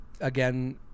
again